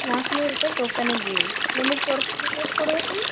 ನಾಲ್ಕುನೂರು ರುಪಾಯಿ ಟೋಕನ್ನಿಗೆ ರೀ ನಿಮಗೆ ಎಷ್ಟು ಕೊಡ್ಬೇಕ್ ರೀ